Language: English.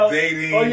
dating